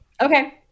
okay